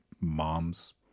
mom's